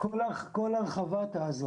כל הרחבה תעזור.